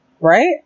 Right